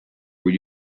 were